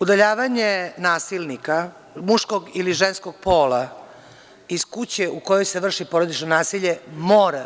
Udaljavanje nasilnika, muškog ili ženskog pola, iz kuće u kojoj se vrši porodično nasilje mora biti…